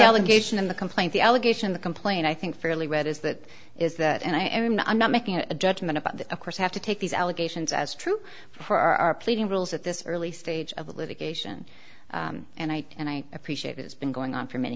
allegation in the complaint the allegation the complaint i think fairly read is that is that and i am not i'm not making a judgment about that of course have to take these allegations as true for our pleading rules at this early stage of the litigation and i and i appreciate it it's been going on for many